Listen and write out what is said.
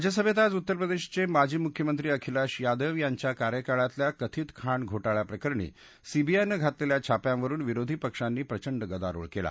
राज्यसभेत आज उत्तरप्रदेशाचे माजी मुख्यमंत्री अखिलेश यादव यांच्या कार्यकाळातल्या कथित खाण घोटाळ्याप्रकरणी सीबीआयनं घातलेल्या छाप्यांवरुन विरोधी पक्षांनी प्रचंड गदारोळ केला